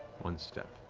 one step,